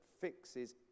fixes